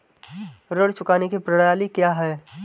ऋण चुकाने की प्रणाली क्या है?